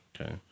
Okay